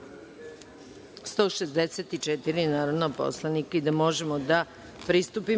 164 narodna poslanika i da možemo da pristupimo